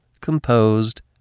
composed